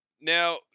Now